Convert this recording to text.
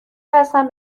هستم